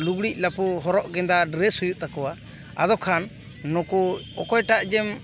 ᱞᱩᱜᱽᱲᱤᱡ ᱞᱟᱯᱳ ᱦᱚᱨᱚᱜ ᱜᱮᱸᱫᱟᱜ ᱰᱨᱮᱥ ᱦᱩᱭᱩᱜ ᱛᱟᱠᱚᱣᱟ ᱟᱫᱚ ᱠᱷᱟᱱ ᱱᱩᱠᱩ ᱚᱠᱚᱭᱴᱟᱜ ᱡᱮᱢ